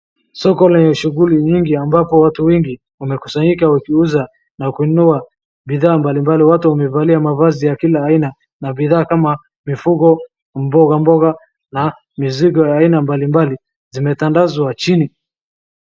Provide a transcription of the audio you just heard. Soko lenye shughuli nyingi ambako watu wengi wamekusanyika wakiuza na kununua bidhaa mbali mbali. Watu wemevalia mavazi ya kila aina na bidhaa kama mifugo, mboga mboga na mizigo ya aina mbali mbali zimetandazwa chini.